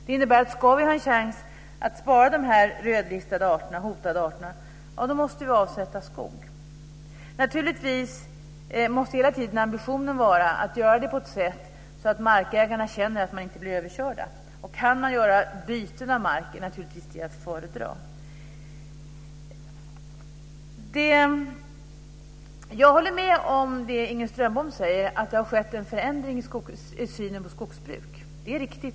Det innebär att vi, om vi ska ha en chans att spara de här rödlistade, hotade, arterna, måste avsätta skog. Naturligtvis måste ambitionen hela tiden vara att man ska göra det här på ett sådant sätt att markägarna känner att de inte blir överkörda. Och om man kan göra byten av mark är det naturligtvis att föredra. Jag håller med om det som Inger Strömbom säger om att det har skett en förändring i synen på skogsbruk. Det är riktigt.